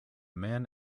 man